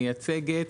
מייצגת,